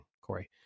Corey